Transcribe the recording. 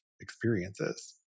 experiences